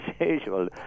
usual